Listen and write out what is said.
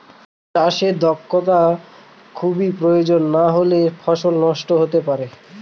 চাষে দক্ষটা খুবই প্রয়োজন নাহলে ফসল নষ্ট হতে পারে